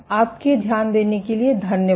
आपके ध्यान देने के लिए धन्यवाद